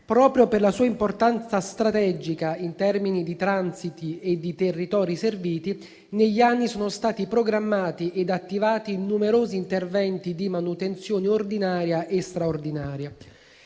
Proprio per la sua importanza strategica in termini di transiti e di territori serviti, negli anni sono stati programmati ed attivati numerosi interventi di manutenzione ordinaria e straordinaria.